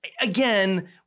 Again